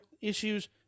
issues